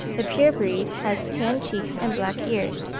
the pure breed has tanned cheeks and black ears.